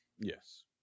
Yes